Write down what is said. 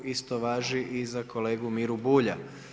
Isto važi i za kolegu Miru Bulja.